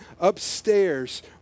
upstairs